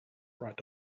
bright